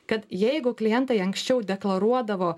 kad jeigu klientai anksčiau deklaruodavo